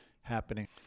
happening